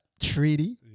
treaty